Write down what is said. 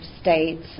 states